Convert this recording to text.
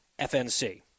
FNC